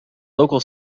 local